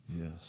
Yes